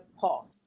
Paul